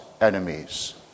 enemies